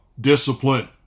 discipline